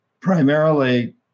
primarily